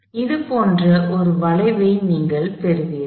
எனவே இது போன்ற ஒரு வளைவை நீங்கள் பெறுவீர்கள்